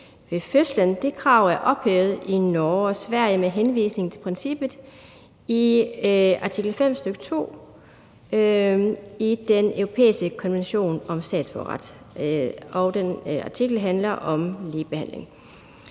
ved fødslen, er ophævet i Norge og Sverige med henvisning til princippet i artikel 5, stk. 2 i den europæiske konvention om statsborgerret. Og den artikel handler om ligebehandling.